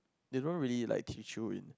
they don't really like teach you in